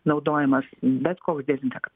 naudojamas bet koks dezinfeka